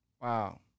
Wow